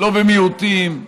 לא במיעוטים,